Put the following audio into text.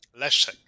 Leszek